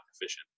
efficient